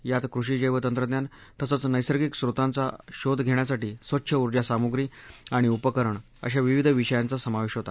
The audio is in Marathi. यात कृषी जेव तंत्रज्ञान तसंच नैसगिंक स्रोतांचा शोध घेण्यासाठी स्वच्छ उर्जा सामुग्री आणि उपकरणं अशा विविध विषयांचा समावेश होता